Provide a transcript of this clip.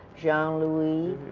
jean louis,